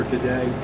today